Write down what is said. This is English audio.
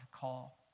call